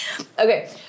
Okay